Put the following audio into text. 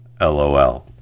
LOL